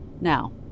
Now